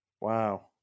Wow